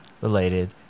related